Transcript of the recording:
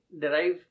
derive